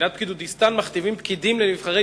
במדינת פקידותיסטן מכתיבים פקידים לנבחרי